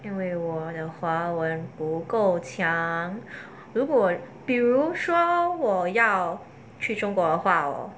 因为我的华文不够强如果我比如说我要去中国的话